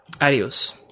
Adios